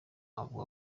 avuga